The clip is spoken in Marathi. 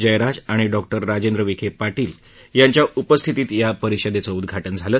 जयराज आणि डॉक्टर राजेंद्र विखे पाटील यांच्या उपस्थितीत या परिषदेचं उद्घाटन झालं